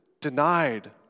denied